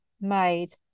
made